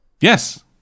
Yes